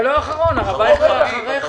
אתה לא אחרון, הרב אייכלר אחריך.